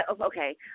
okay